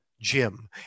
Jim